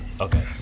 Okay